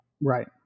right